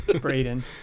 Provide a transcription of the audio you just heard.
Braden